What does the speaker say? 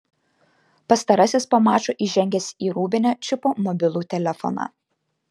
pastarasis po mačo įžengęs į rūbinę čiupo mobilų telefoną